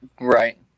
Right